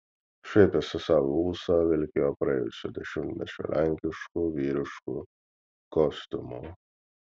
šaipėsi sau į ūsą vilkėjo praėjusio dešimtmečio lenkišku vyrišku kostiumu